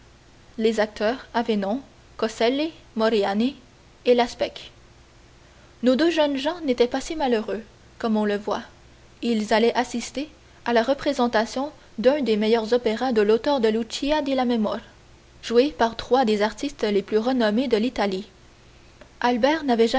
les acteurs avaient nom coselli moriani et la spech nos deux jeunes gens n'étaient pas si malheureux comme on le voit ils allaient assister à la représentation d'un des meilleurs opéras de l'auteur de lucia di lammermoor joué par trois des artistes les plus renommés de l'italie albert